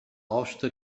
hoste